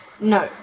No